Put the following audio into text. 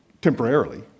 temporarily